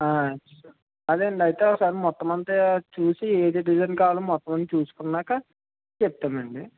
అదేనండి అయితే ఓసారి మొత్తం అంతా చూసి ఏ డిజైన్ కావాలో మొత్తం అన్ని చూసుకున్నాక చెప్తామండి